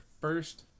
first